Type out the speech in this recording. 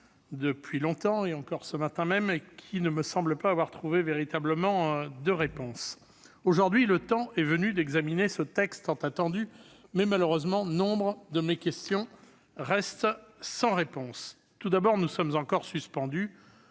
depuis longtemps, ne semblaient pas avoir trouvé véritablement de réponse. Aujourd'hui, le temps est venu d'examiner ce texte tant attendu, mais, malheureusement, nombre de mes questions restent sans réponse ! Tout d'abord, nous sommes encore suspendus